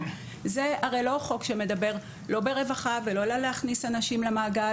זה הרי לא חוק שמדבר לא ברווחה ולא להכניס אנשים למעגל